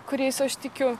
kuriais aš tikiu